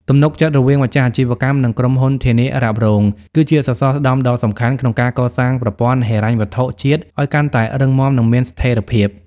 ទំនុកចិត្តរវាងម្ចាស់អាជីវកម្ម និងក្រុមហ៊ុនធានារ៉ាប់រង គឺជាសសរស្តម្ភដ៏សំខាន់ក្នុងការកសាងប្រព័ន្ធហិរញ្ញវត្ថុជាតិឱ្យកាន់តែរឹងមាំ និងមានស្ថិរភាព។